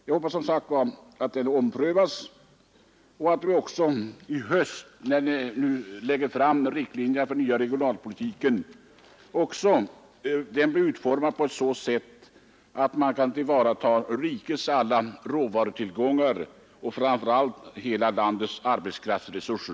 Jag hoppas alltså att det blir en omprövning och att riktlinjerna för den nya regionalpolitiken, när de läggs fram i höst, visar sig vara utformade på ett sådant sätt att man kan tillvarata rikets alla råvarutillgångar och framför allt hela landets arbetskraftsresurser.